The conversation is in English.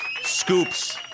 Scoops